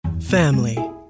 Family